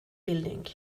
building